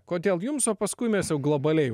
kodėl jums o paskui mes jau globaliai